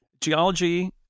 geology